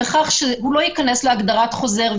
בכך שהוא לא ייכנס להגדרת חוזר,